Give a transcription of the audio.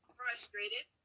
frustrated